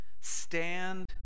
Stand